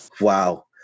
Wow